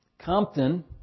Compton